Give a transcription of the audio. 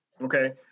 Okay